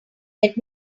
let